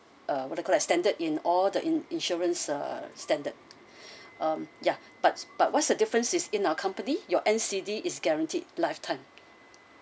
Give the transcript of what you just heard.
uh what you call as standard in all the in~ insurance uh standard um yeah but but what's the difference is in our company your N_C_D is guaranteed lifetime